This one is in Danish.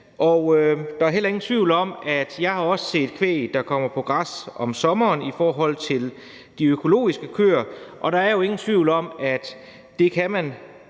kvægproducenter i Jylland. Jeg har også set kvæg, der kommer på græs om sommeren, nemlig de økologiske køer, og der er jo ingen tvivl om, at man ikke kan